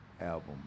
album